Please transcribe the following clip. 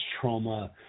trauma